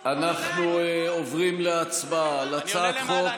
אנחנו עוברים להצבעה על הצעת חוק, אני עולה למעלה.